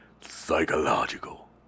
Psychological